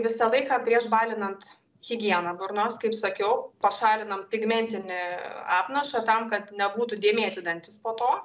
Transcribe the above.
visą laiką prieš balinant higiena burnos kaip sakiau pašalinam pigmentinį apnašą tam kad nebūtų dėmėti dantys po to